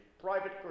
private